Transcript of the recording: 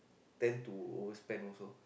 tend to overspend also